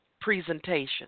presentation